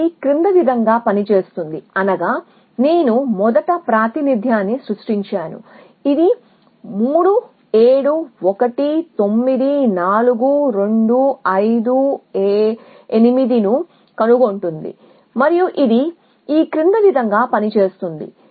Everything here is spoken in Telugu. ఇది క్రింది విధంగా పనిచేస్తుంది అనగా నేను మొదట ప్రాతినిధ్యాన్ని సృష్టించాను ఇది 3 7 1 9 4 2 5 6 8 ను కనుగొంటుంది మరియు ఇది ఈ క్రింది విధంగా పనిచేస్తుంది